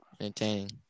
entertaining